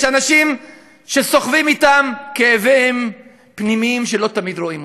יש אנשים שסוחבים אתם כאבים פנימיים שלא תמיד רואים.